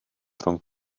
rhwng